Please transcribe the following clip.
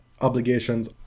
obligations